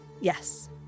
Yes